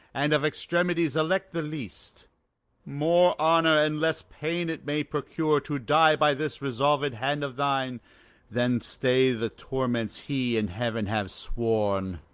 and of extremities elect the least more honour and less pain it may procure, to die by this resolved hand of thine than stay the torments he and heaven have sworn.